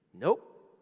Nope